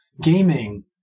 Gaming